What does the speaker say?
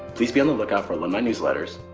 please be on the lookout for alumni newsletters,